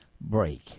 break